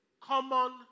common